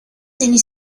and